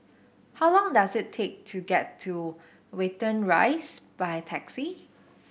how long does it take to get to Watten Rise by taxi